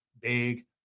Big